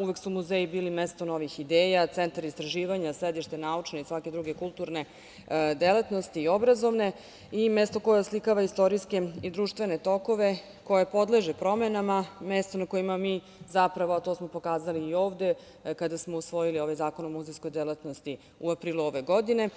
Uvek su muzeji bili mesto novih ideja, centar istraživanja, sedište naučne i svake druge kulturne delatnosti, i obrazovne i mesto koje oslikava istorijske i društvene tokove, koje podleže promenama, mesto na kojima mi zapravo, a to smo pokazali i ovde kada smo usvojili ovaj Zakon o muzejskoj delatnosti u aprilu ove godine,